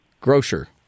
grocer